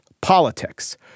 politics